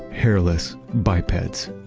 hairless bipeds.